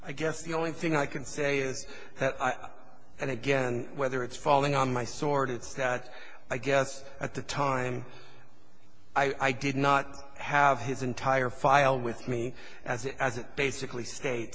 i guess the only thing i can say is and again whether it's falling on my sword it's that i guess at the time i did not have his entire file with me as it as it basically state